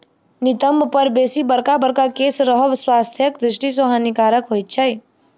नितंब पर बेसी बड़का बड़का केश रहब स्वास्थ्यक दृष्टि सॅ हानिकारक होइत छै